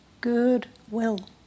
goodwill